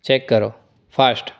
check કરો fast